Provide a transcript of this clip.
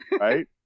Right